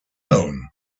known